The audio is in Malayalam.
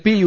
P U